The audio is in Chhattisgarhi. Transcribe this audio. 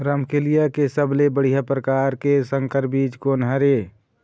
रमकलिया के सबले बढ़िया परकार के संकर बीज कोन हर ये?